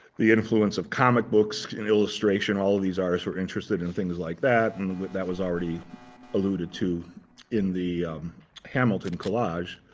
the influence of comic books and illustration. all of these artists were interested in things like that. and that was already alluded to in the hamilton collage.